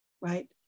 right